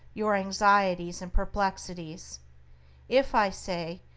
your anxieties and perplexities if, i say,